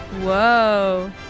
Whoa